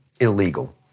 illegal